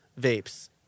vapes